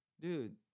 dude